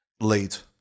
late